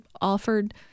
offered